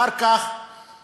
אחר כך